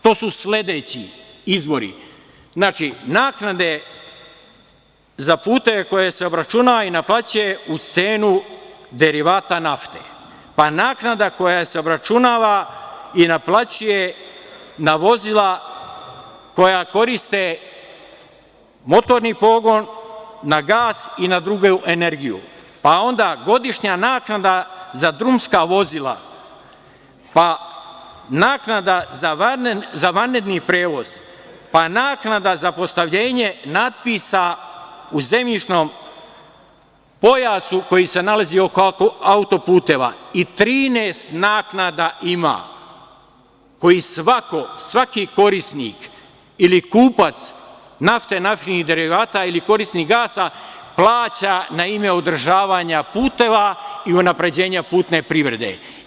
To su sledeći izvori, znači naknade za puteve koje se obračunavaju i naplaćuju uz cenu derivata nafte, pa naknada koja se obračunava i naplaćuje na vozila koja koriste motorni pogon, na gas i na drugu energiju, pa onda godišnja naknada za drumska vozila, pa naknada za vanredni prevoz, pa naknada za postavljenje natpisa u zemljišnom pojasu koji se nalazi oko autoputeva, i 13 naknada ima koji svaki korisnik ili kupac nafte, naftnih derivata ili korisnik gasa plaća na ime održavanja puteva i unapređenja putne privrede.